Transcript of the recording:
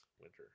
winter